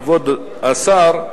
כבוד השר,